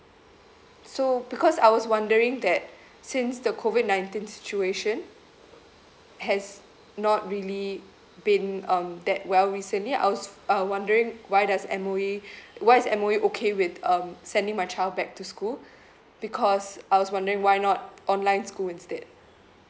so because I was wondering that since the COVID nineteen situation has not really been um that well recently I was uh wondering why does M_O_E why is M_O_E okay with um sending my child back to school because I was wondering why not online school instead